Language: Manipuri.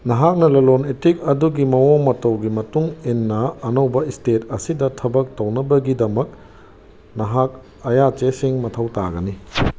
ꯅꯍꯥꯛꯅ ꯂꯂꯣꯟ ꯏꯇꯤꯛ ꯑꯗꯨꯒꯤ ꯃꯑꯣꯡ ꯃꯇꯧꯒꯤ ꯃꯇꯨꯡꯏꯟꯅ ꯑꯅꯧꯕ ꯁ꯭ꯇꯦꯠ ꯑꯁꯤꯗ ꯊꯕꯛ ꯇꯧꯅꯕꯒꯤꯗꯃꯛ ꯅꯍꯥꯛ ꯑꯌꯥ ꯆꯦꯁꯤꯡ ꯃꯊꯧ ꯇꯥꯒꯅꯤ